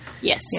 Yes